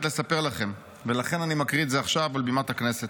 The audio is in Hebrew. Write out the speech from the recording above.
לספר לכם" ולכן אני מקריא את זה עכשיו על בימת הכנסת.